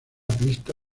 pista